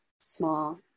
small